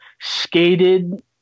skated